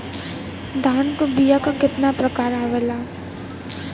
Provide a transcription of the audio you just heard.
धान क बीया क कितना प्रकार आवेला?